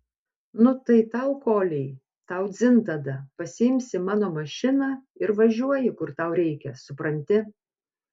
nu tai tau koliai tau dzin tada pasiimsi mano mašiną ir važiuoji kur tau reikia supranti